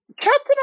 Captain